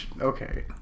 okay